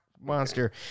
monster